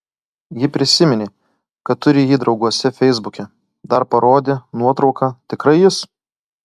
ji prisiminė kad turi jį drauguose feisbuke dar parodė nuotrauką tikrai jis